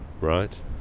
Right